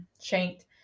shanked